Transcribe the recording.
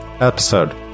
episode